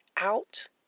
out